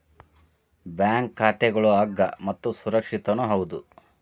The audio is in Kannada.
ಬ್ಯಾಂಕ್ ಖಾತಾಗಳು ಅಗ್ಗ ಮತ್ತು ಸುರಕ್ಷಿತನೂ ಹೌದು